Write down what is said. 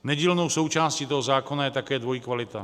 Nedílnou součástí toho zákona je také dvojí kvalita.